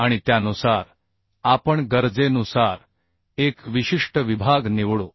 आणि त्यानुसार आपण गरजेनुसार एक विशिष्ट विभाग निवडू